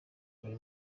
buri